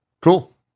Cool